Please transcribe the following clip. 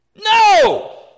No